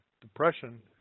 depression